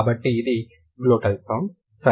కాబట్టి ఇది glottal sound సరేనా